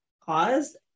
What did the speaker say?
caused